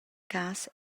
cass